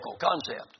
concept